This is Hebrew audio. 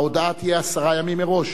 ההודעה תהיה עשרה ימים מראש.